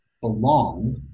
belong